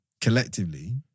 collectively